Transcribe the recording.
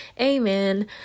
Amen